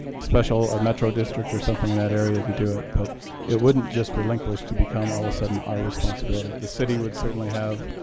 special metro district or something in that area to do it. but it wouldn't just relinquish to become all a sudden our responsibility. the city would certainly have